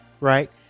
Right